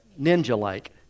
ninja-like